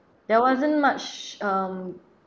there wasn't much um